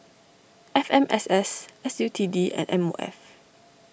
F M S S S U T D and M O F